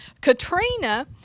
Katrina